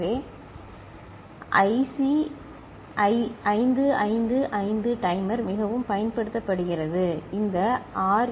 எனவே டி555 டைமர் மிகவும் பயன்படுத்தப்படுகிறது இது ஆர்